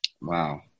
Wow